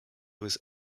was